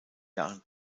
jahren